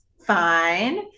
fine